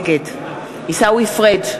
נגד עיסאווי פריג'